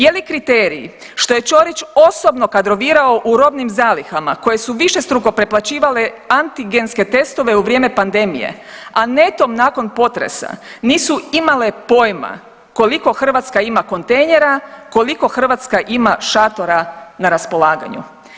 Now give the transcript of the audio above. Je li kriterij što je Ćorić osobno kadrovirao u robnim zalihama, koje su višestruko preplaćivale antigenske testove u vrijeme pandemije, a netom nakon potresa nisu imale pojma koliko Hrvatska ima kontejnera, koliko Hrvatska ima šatora na raspolaganju?